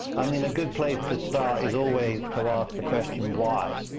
i mean, a good place to start is always to ask the question, why?